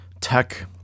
tech